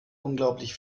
unglaublich